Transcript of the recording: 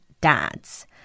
dads